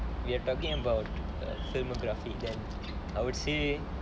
we are talking about filmography then I would say